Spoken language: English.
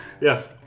Yes